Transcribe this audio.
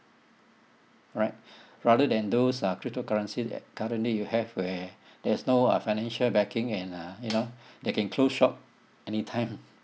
right rather than those uh cryptocurrency currently you have where there's no uh financial backing and uh you know they can close shop anytime